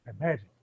imagine